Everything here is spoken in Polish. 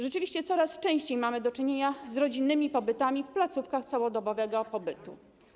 Rzeczywiście coraz częściej mamy do czynienia z rodzinnymi pobytami w placówkach całodobowego pobytu.